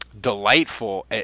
delightful